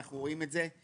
אנחנו רואים את זה.